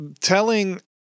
telling